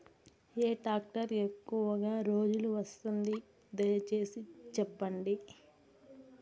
ఏ tractor ఎక్కువగా రోజులు వస్తుంది, దయసేసి చెప్పండి?